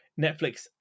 Netflix